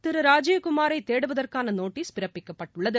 திரு ராஜுவ் குமாரை தேடுவதற்கான நோட்டீஸ் பிறப்பிக்கப்பட்டுள்ளது